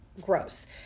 Gross